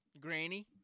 Granny